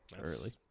early